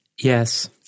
Yes